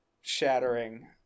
shattering